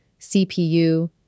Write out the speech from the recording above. CPU